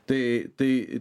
tai tai